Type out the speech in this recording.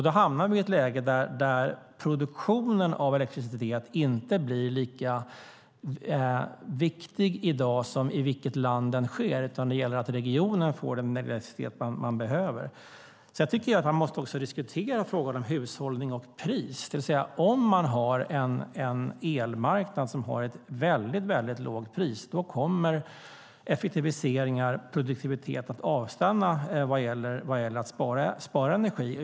Då hamnar vi i ett läge där produktionen av elektricitet inte blir lika viktig som i vilket land den sker, utan det gäller att se till att regionen får den elektricitet den behöver. Sedan måste vi också diskutera frågan om hushållning och pris. Om vi har en elmarknad med ett mycket lågt pris kommer effektiviseringar och produktivitet att avstanna när det handlar om att spara energi.